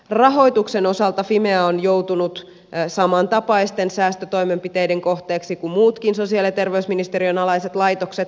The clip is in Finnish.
rahoituksen osalta fimea on joutunut samantapaisten säästötoimenpiteiden kohteeksi kuin muutkin sosiaali ja terveysministeriön alaiset laitokset